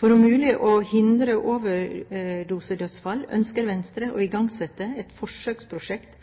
For om mulig å hindre overdosedødsfall ønsker Venstre å igangsette et forsøksprosjekt